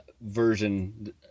version